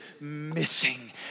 missing